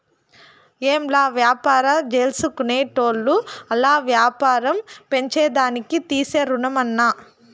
ఏంలా, వ్యాపారాల్జేసుకునేటోళ్లు ఆల్ల యాపారం పెంచేదానికి తీసే రుణమన్నా